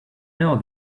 know